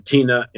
Tina